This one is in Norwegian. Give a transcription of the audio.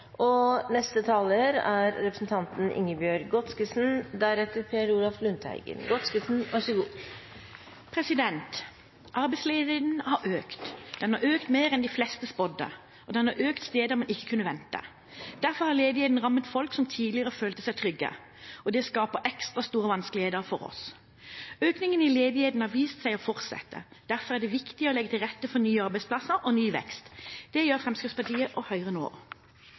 økt. Den har økt mer enn de fleste spådde, og den har økt steder man ikke kunne forvente. Derfor har ledigheten rammet folk som tidligere følte seg trygge, og det skaper ekstra store vanskeligheter for oss. Økningen i ledigheten har vist seg å fortsette. Derfor er det viktig å legge til rette for nye arbeidsplasser og ny vekst. Det gjør Fremskrittspartiet og Høyre nå.